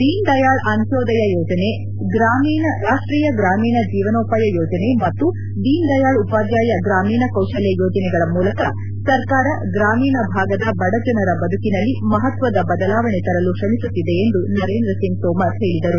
ದೀನ್ ದಯಾಳ್ ಅಂತ್ಯೋದಯ ಯೋಜನೆ ರಾಷ್ಟೀಯ ಗ್ರಾಮೀಣ ಜೀವನೋಪಾಯ ಯೋಜನೆ ಮತ್ತು ದೀನ್ ದಯಾಳ್ ಉಪಾಧ್ಯಾಯ ಗ್ರಾಮೀಣ ಕೌಶಲ್ಯ ಯೋಜನೆಗಳ ಮೂಲಕ ಸರ್ಕಾರ ಗ್ರಾಮೀಣ ಭಾಗದ ಬಡಜನರ ಬದುಕಿನಲ್ಲಿ ಮಹತ್ವದ ಬದಲಾವಣೆ ತರಲು ಶ್ರಮಿಸುತ್ತಿದೆ ಎಂದು ನರೇಂದ್ರ ಸಿಂಗ್ ತೋಮರ್ ಹೇಳಿದರು